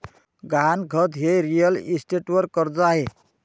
गहाणखत हे रिअल इस्टेटवर कर्ज आहे